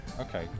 Okay